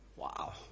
Wow